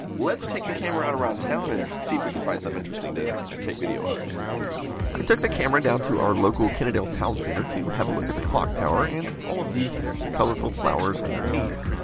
let's take the camera around town and see if we can find something um interesting to to take video of. i took the camera down to our local kennedale town center to have a look at the clock tower and all of the colorful flowers underneath.